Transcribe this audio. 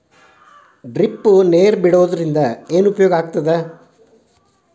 Drip ನೇರ್ ಬಿಡುವುದರಿಂದ ಏನು ಉಪಯೋಗ ಆಗ್ತದ?